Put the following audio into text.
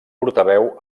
portaveu